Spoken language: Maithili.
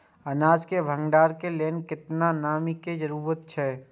अनाज के भण्डार के लेल केतना नमि के जरूरत छला?